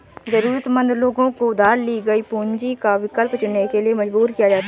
जरूरतमंद लोगों को उधार ली गई पूंजी का विकल्प चुनने के लिए मजबूर किया जाता है